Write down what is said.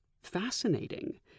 fascinating